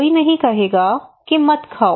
कोई नहीं कहेगा कि मत खाओ